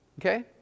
okay